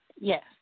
Yes